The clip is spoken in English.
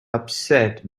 upset